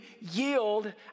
yield